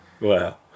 Wow